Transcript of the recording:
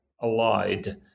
allied